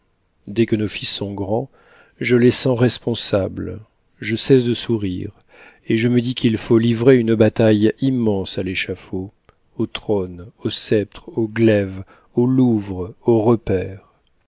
dès que nos fils sont grands je les sens responsables je cesse de sourire et je me dis qu'il faut livrer une bataille immense à l'échafaud au trône au sceptre au glaive aux louvres aux repaires